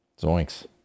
Zoinks